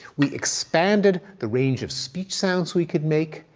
we expanded the range of speech sounds we could make,